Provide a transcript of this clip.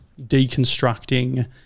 deconstructing